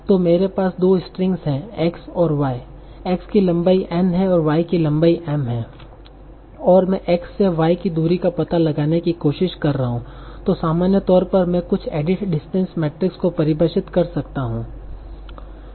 तो मेरे पास दो स्ट्रिंग हैं X और Y X कि लंबाई n है और Y कि लंबाई m है और मैं X से Y की दूरी का पता लगाने की कोशिश कर रहा हूं तो सामान्य तौर पर मैं कुछ एडिट डिस्टेंस मेट्रिक्स को परिभाषित कर सकता हूं